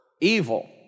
evil